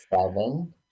seven